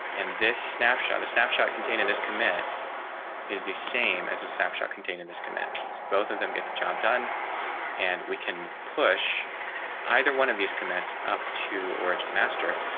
and this snapshot snapshot container this commit is the same as a snapshot contained in this commit both of them get the job done and we can push either one of these commits up to orange master.